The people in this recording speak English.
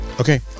Okay